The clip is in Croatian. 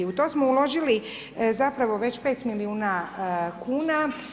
U to smo uložili zapravo već 5 milijuna kuna.